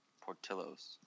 Portillo's